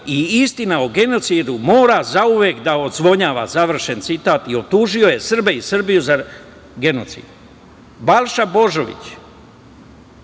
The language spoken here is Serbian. i istina o genocidu mora zauvek da odzvanja", završen citat i optužio je Srbe i Srbiju za genocid. Balša Božović,